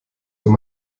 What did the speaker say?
wenn